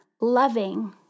loving